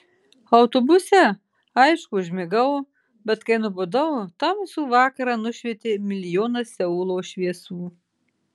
autobuse aišku užmigau bet kai nubudau tamsų vakarą nušvietė milijonas seulo šviesų